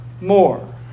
more